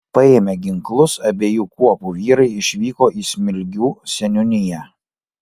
paėmę ginklus abiejų kuopų vyrai išvyko į smilgių seniūniją